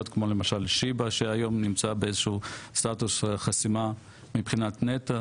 כמו למשל שיבא שהיום נמצא באיזשהו סטטוס חסימה מבחינת ---,